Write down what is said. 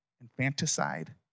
Infanticide